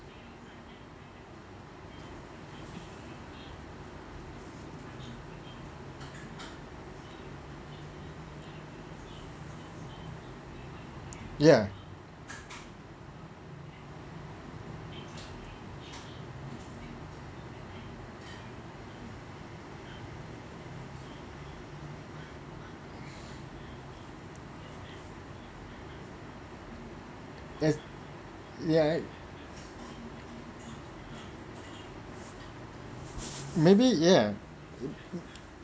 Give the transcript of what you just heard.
ya eh ya maybe ya